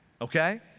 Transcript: okay